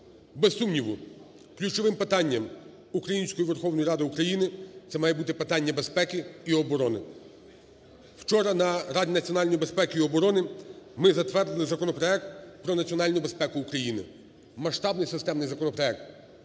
Без сумніву, ключовим питанням української Верховної Ради України це має бути питання безпеки і оборони. Вчора на Раді Національної безпеки і оборони ми затвердили законопроект про національну безпеку України, масштабний системний законопроект,